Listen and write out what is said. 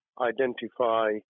identify